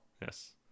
Yes